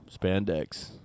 spandex